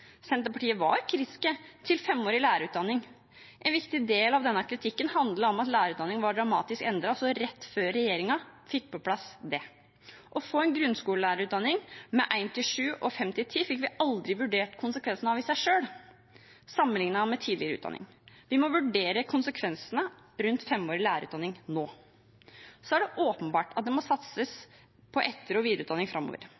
Senterpartiet var kritiske til femårig lærerutdanning. En viktig del av denne kritikken handlet om at lærerutdanningen var dramatisk endret rett før regjeringen fikk det på plass. Å få en grunnskolelærerutdanning med 1–7 og 5–10 fikk vi aldri vurdert konsekvensene av i seg selv, sammenlignet med tidligere utdanning. Vi må vurdere konsekvensene av femårig lærerutdanning nå. Så er det åpenbart at det må satses på etter- og videreutdanning framover.